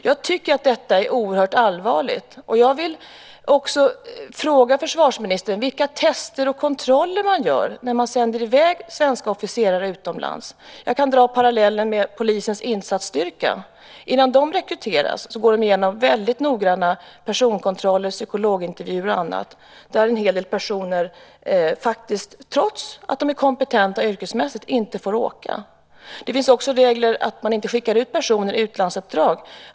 Jag tycker att detta är oerhört allvarligt, och jag vill fråga försvarsministern: Vilka test och kontroller görs det innan man sänder i väg svenska officerare utomlands? Jag kan dra parallellen med polisens insatsstyrka. Innan sådana poliser rekryteras går de igenom väldigt noggranna personkontroller, psykologintervjuer och annat. En hel del personer, trots att de är kompetenta yrkesmässigt, blir då nekade att vara med i den styrkan. Det finns också regler om att man inte skickar ut personer på nya utlandsuppdrag.